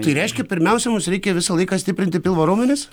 tai reiškia pirmiausia mums reikia visą laiką stiprinti pilvo raumenis